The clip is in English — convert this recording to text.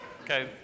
Okay